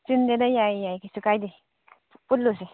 ꯆꯤꯟꯗꯦꯗ ꯌꯥꯏ ꯌꯥꯏ ꯀꯔꯤꯁꯨ ꯀꯥꯏꯗꯦ ꯄꯨꯜꯂꯨꯁꯦ